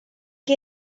que